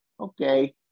okay